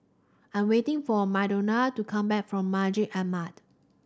I'm waiting for Madonna to come back from Masjid Ahmad